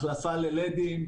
החלפה ללדים,